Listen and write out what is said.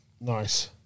Nice